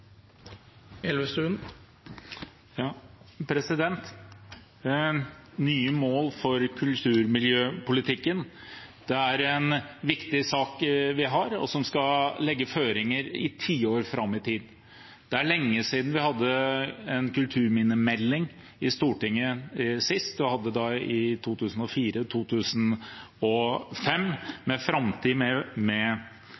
en viktig sak vi har, og som skal legge føringer i tiår fram i tid. Det er lenge siden vi hadde en kulturminnemelding i Stortinget sist. Det var i 2004–2005, Leve med kulturminner, og